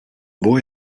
boy